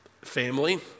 family